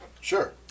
Sure